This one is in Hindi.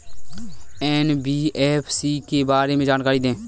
एन.बी.एफ.सी के बारे में जानकारी दें?